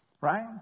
right